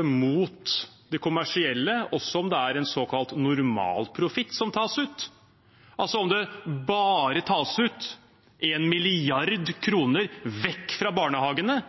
imot de kommersielle, også om det er en såkalt normalprofitt som tas ut. Om det bare tas 1 mrd. kr vekk fra barnehagene,